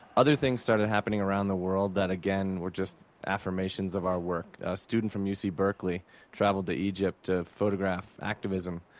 other things started happening around the world that, again, were just affirmations of our work. a student from u c. berkeley traveled to egypt to photograph activism,